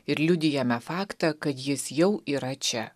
ir liudijame faktą kad jis jau yra čia